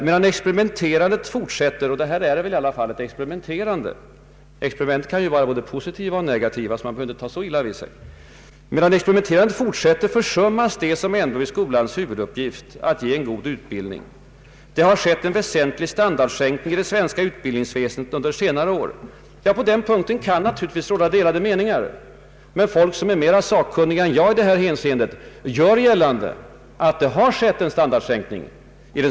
”Medan experimenterandet fortsätter”, sade herr Holmberg vidare — detta är väl i alla fall ett experimenterande; experiment kan ju vara både positiva och negativa, så man behöver inte ta så illa vid sig — ”försummas det som ändå är skolans huvuduppgift: att ge en god utbildning.” ”Det har skett en väsentlig standardsänkning i det svenska utbildningsväsendet under senare år.” — Ja, på den punkten kan det naturligtvis råda delade meningar, men folk som är mera sakkunniga än jag i detta hänseende gör gällande att det har skett en standardsänkning.